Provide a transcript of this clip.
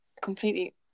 completely